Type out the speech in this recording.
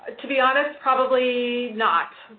to be honest, probably not.